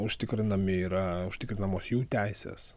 užtikrinami yra užtikrinamos jų teisės